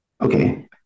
Okay